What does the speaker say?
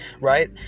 right